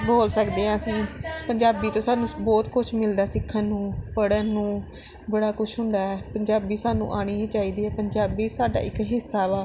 ਬੋਲ ਸਕਦੇ ਹਾਂ ਅਸੀਂ ਪੰਜਾਬੀ ਤੋਂ ਸਾਨੂੰ ਬਹੁਤ ਕੁਛ ਮਿਲਦਾ ਸਿੱਖਣ ਨੂੰ ਪੜ੍ਹਨ ਨੂੰ ਬੜਾ ਕੁਛ ਹੁੰਦਾ ਪੰਜਾਬੀ ਸਾਨੂੰ ਆਉਣੀ ਹੀ ਚਾਹੀਦੀ ਹੈ ਪੰਜਾਬੀ ਸਾਡਾ ਇੱਕ ਹਿੱਸਾ ਵਾ